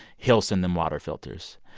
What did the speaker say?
he'll send them water filters.